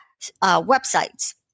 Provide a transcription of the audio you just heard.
websites